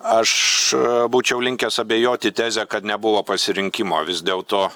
aš būčiau linkęs abejoti teze kad nebuvo pasirinkimo vis dėlto